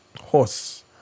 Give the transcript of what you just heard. horse